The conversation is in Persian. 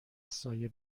سایه